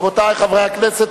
רבותי חברי הכנסת,